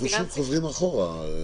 אנחנו פשוט חוזרים אחורה.